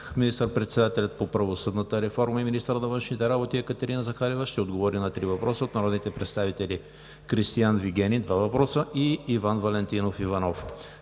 министър-председателят по правосъдната реформа и министър на външните работи Екатерина Захариева ще отговори на три въпроса от народните представители Кристиан Вигенин – два въпроса; и Иван Валентинов Иванов.